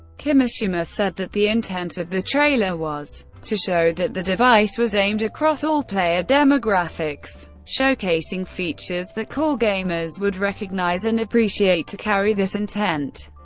kimishima said that the intent of the trailer was to show that the device was aimed across all player demographics, showcasing features that core gamers would recognize and appreciate to carry this intent.